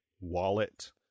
wallet